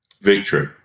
Victory